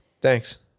Thanks